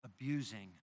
abusing